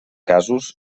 casos